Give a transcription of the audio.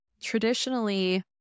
Traditionally